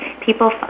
people